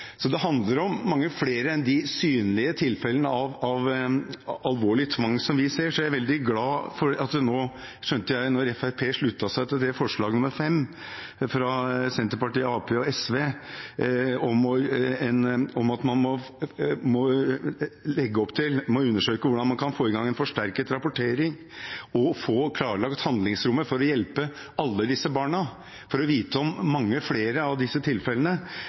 Så det handler om mange flere enn de synlige tilfellene av alvorlig tvang vi ser. Fremskrittspartiet slutter seg til forslaget til vedtak V, fra Senterpartiet, Arbeiderpartiet og SV, om at man må undersøke hvordan man kan få i gang en forsterket rapportering og få klarlagt handlingsrommet for å hjelpe alle disse barna, for å få vite om mange flere av disse tilfellene,